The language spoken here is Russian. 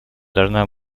должна